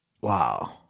Wow